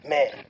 Man